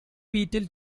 beatle